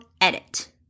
edit